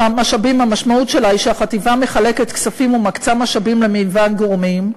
המשמעות שלה היא שהחטיבה מחלקת כספים ומקצה משאבים למגוון גורמים,